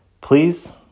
Please